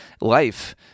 life